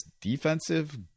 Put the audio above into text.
defensive